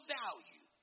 value